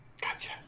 Gotcha